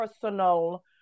personal